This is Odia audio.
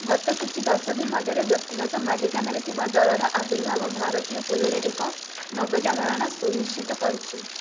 ଗତ କିଛି ଦଶଧି ମଧ୍ୟରେ ବ୍ୟକ୍ତିଗତ ମାଲିକାନାରେ ଥିବା ଦଳର ଆବିର୍ଭାବ ଭାରତୀୟ ପୋଲୋରେ ଏକ ନବଜାଗରଣ ସୁନିଶ୍ଚିତ କରିଛି